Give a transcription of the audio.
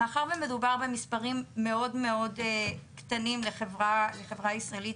מאחר ומדובר במספרים מאוד קטנים לחברה הישראלית,